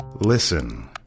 Listen